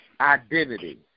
identity